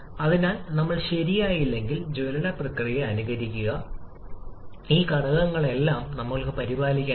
എന്നാൽ നിങ്ങൾ സംസാരിക്കുന്ന ഗ്യാസ് മിശ്രിതത്തിന്റെ സ്വത്താണ് k സിപിയുടെയും സിവിയുടെയും അനുപാതമാണ് കെ